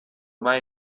mai